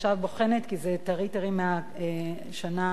כי זה טרי-טרי מהשנה הנוכחית.